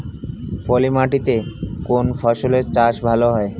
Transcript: পলি মাটিতে কোন ফসলের চাষ ভালো হয়?